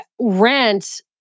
rent